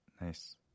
Nice